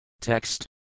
Text